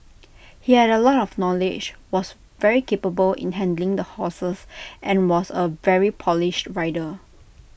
he had A lot of knowledge was very capable in handling the horses and was A very polished rider